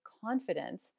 confidence